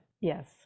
yes